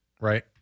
right